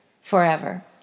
forever